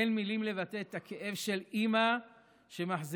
אין מילים לבטא את הכאב של אימא שמחזירה